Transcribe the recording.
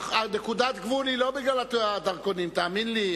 נקודת הגבול היא לא בגלל הדרכונים, תאמין לי.